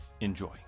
Enjoy